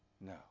No